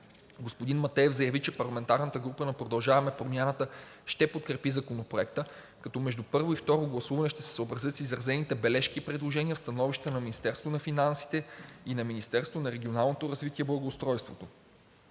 Господин Матеев заяви, че парламентарната група на „Продължаваме Промяната“ ще подкрепи Законопроекта, като между първо и второ гласуване ще се съобразят с изразените бележки и предложения в становищата на Министерството на финансите и на Министерството на регионалното развитие и благоустройството.